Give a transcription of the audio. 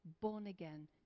born-again